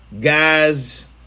guys